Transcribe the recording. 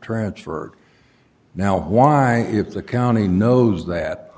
transferred now why if the county knows that